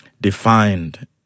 defined